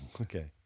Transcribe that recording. Okay